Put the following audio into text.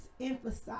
emphasize